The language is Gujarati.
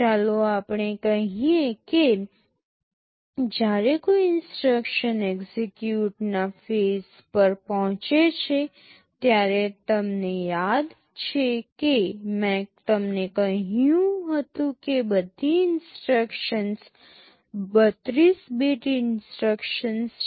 ચાલો આપણે કહીએ કે જ્યારે કોઈ ઇન્સટ્રક્શન એક્સેક્યૂટ ના ફેજ પર પહોંચે છે ત્યારે તમને યાદ છે કે મેં તમને કહ્યું હતું કે બધી ઇન્સટ્રક્શન્સ 32 બીટ ઇન્સટ્રક્શન્સ છે